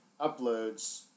uploads